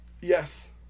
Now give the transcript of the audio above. Yes